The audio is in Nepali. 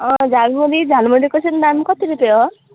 झालमुरी झालमुरीको चाहिँ दाम कति रुपियाँ हो